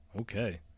Okay